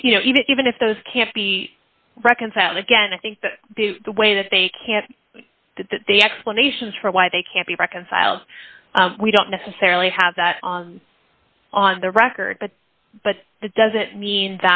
you know even if those can't be reconciled again i think the way that they can that the explanations for why they can't be reconciled we don't necessarily have that on the record but but that doesn't mean